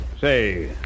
Say